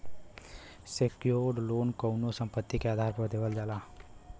secured loan कउनो संपत्ति के आधार पर देवल जाला